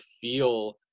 feel